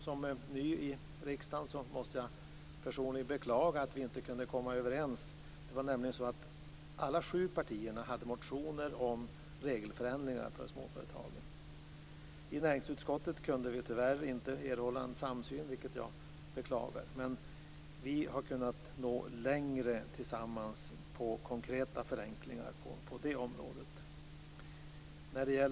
Som ny i riksdagen måste jag personligen beklaga att vi inte kunde komma överens i utskottet. Det var nämligen så att alla sju partier hade motioner om regelförändringar för småföretagen. Ändå kunde vi tyvärr inte erhålla en samsyn i näringsutskottet, vilket jag beklagar. Vi har dock kunnat nå längre tillsammans med konkreta förenklingar på detta område.